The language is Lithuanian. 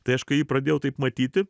tai aš kai jį pradėjau taip matyti